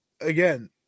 again